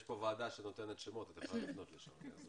יש פה ועדה שנותנת שמות, את יכולה לפנות לשם.